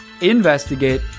investigate